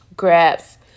grabs